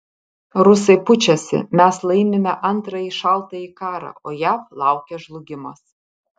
rusai pučiasi mes laimime antrąjį šaltąjį karą o jav laukia žlugimas